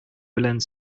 белән